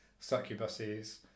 Succubuses